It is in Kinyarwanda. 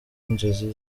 inzozi